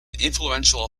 influential